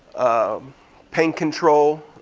um pain control.